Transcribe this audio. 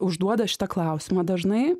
užduoda šitą klausimą dažnai